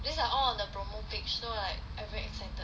these are all on the promo page so like I very excited